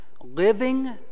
living